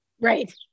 Right